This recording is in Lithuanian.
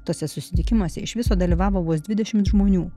tuose susitikimuose iš viso dalyvavo vos dvidešimt žmonių